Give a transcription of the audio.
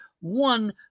one